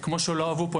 כמו שאמרו פה,